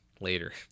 later